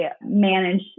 manage